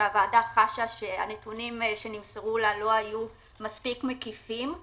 שהוועדה חשה שהנתונים שנמסרו לה לא היו מספיק מקיפים,